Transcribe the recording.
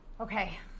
okay